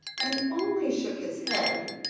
and only shook his head,